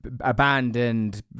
abandoned